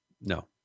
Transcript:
No